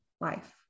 life